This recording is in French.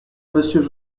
monsieur